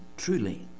Truly